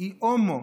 היא "הומו"